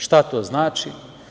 Šta to znači?